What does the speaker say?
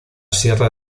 sierra